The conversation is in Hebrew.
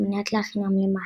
על-מנת להכינם למאכל.